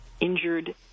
injured